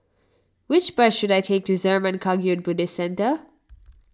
which bus should I take to Zurmang Kagyud Buddhist Centre